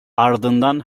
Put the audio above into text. ardından